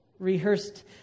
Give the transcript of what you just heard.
Rehearsed